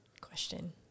question